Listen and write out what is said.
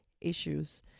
issues